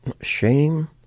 shame